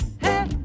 hey